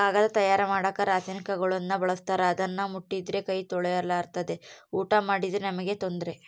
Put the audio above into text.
ಕಾಗದ ತಯಾರ ಮಾಡಕ ರಾಸಾಯನಿಕಗುಳ್ನ ಬಳಸ್ತಾರ ಅದನ್ನ ಮುಟ್ಟಿದ್ರೆ ಕೈ ತೊಳೆರ್ಲಾದೆ ಊಟ ಮಾಡಿದ್ರೆ ನಮ್ಗೆ ತೊಂದ್ರೆ